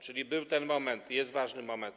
Czyli był ten moment, jest ważny moment.